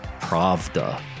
Pravda